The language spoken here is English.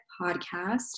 Podcast